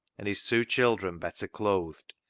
and his two children better clothed,